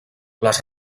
les